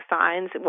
signs